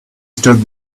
stood